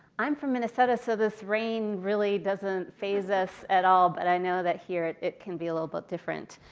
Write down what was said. i'm from minnesota. so this rain really doesn't faze us at all. but i know that here it it can be a little bit different.